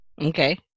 Okay